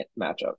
matchup